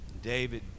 David